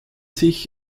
sich